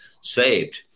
saved